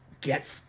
get